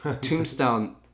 Tombstone